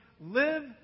live